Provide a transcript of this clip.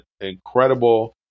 incredible